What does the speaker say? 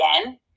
again